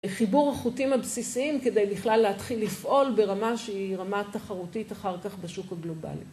חיבור החוטים הבסיסיים כדי בכלל להתחיל לפעול ברמה שהיא רמה תחרותית אחר כך בשוק הגלובלי.